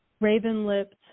Raven-lipped